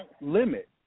limit